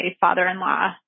father-in-law